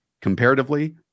Comparatively